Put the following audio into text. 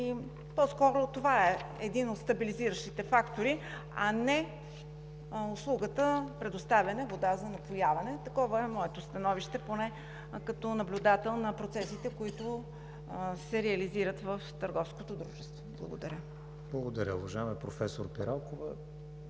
по-скоро това е един от стабилизиращите фактори, а не услугата предоставяне вода за напояване. Такова е моето становище като наблюдател на процесите, които се реализират в търговското дружество. Благодаря. ПРЕДСЕДАТЕЛ КРИСТИАН ВИГЕНИН: Благодаря